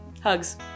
Hugs